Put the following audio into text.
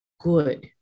Good